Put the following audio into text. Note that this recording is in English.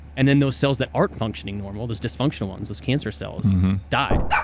and then those cells that aren't functioning normal, those dysfunctional ones, those cancer cells die.